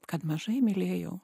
kad mažai mylėjau